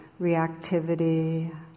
reactivity